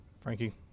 Frankie